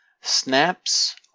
Snaps